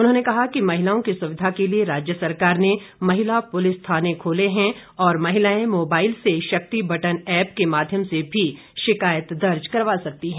उन्होंने कहा कि महिलाओं की सुविधा के लिए राज्य सरकार ने महिला पुलिस थाने खेले हैं और महिलाएं मोबाइल से शक्ति बटन एप के माध्यम से भी शिकायत दर्ज करवा सकती हैं